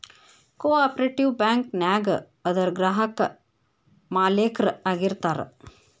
co operative bank ನ್ಯಾಗ ಅದರ್ ಗ್ರಾಹಕ್ರ ಮಾಲೇಕ್ರ ಆಗಿರ್ತಾರ